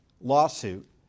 lawsuit